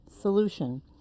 solution